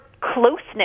closeness